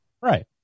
Right